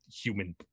human